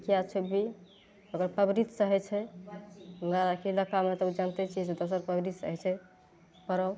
किएक छुबही एकर सब रीतसँ होइ छै माय बापके दशामे तु जानिते छिही जे दोसर सरबिस नहि छै पर्व